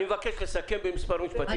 אני מבקש לסכם במספר משפטים בודדים.